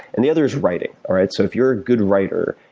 and the other is writing. alright? so if you're a good writer,